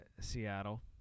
Seattle